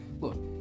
look